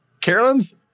Carolyn's